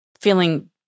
feeling